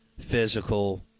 physical